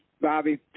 bobby